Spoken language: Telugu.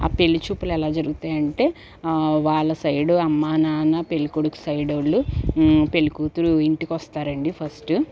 పెళ్ళి చూపులెలా జరుగుతాయంటే వాళ్ళ సైడు అమ్మానాన్న పెళ్ళికొడుకు సైడోలు పెళ్లికూతురు ఇంటికొస్తారండీ ఫస్టు